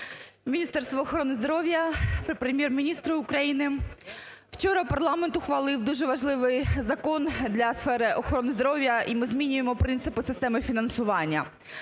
Міністерству охорони здоров'я, Прем'єр-міністру України! Вчора парламент ухвалив дуже важливий закон для сфери охорони здоров'я і ми змінюємо принципи системи фінансування.